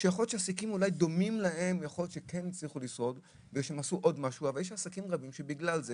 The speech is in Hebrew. שאולי יש דומים להם שהצליחו לשרוד אבל יש כאלו שלא.